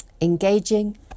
Engaging